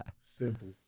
Simple